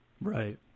Right